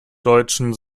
deutschen